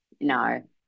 no